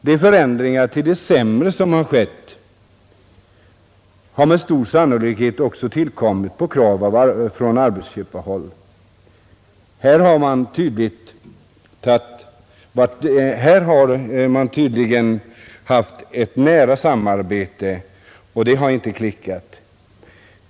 De förändringar till det sämre som har skett har med stor sannolikhet också tillkommit på krav från arbetsköparhåll. Här har man tydligen haft ett nära samarbete, och det har inte klickat.